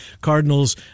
Cardinals